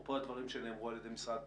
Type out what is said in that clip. אפרופו הדברים שנאמרו על ידי משרד התחבורה.